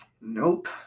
Nope